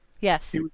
Yes